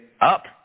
up